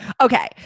okay